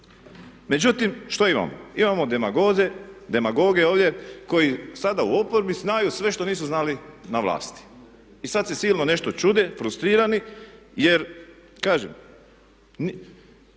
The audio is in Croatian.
Međutim što imamo? Imamo demagoge ovdje koji sada u oporbi znaju sve što nisu znali na vlasti. I sad se silno nešto čude, frustrirani jer kažem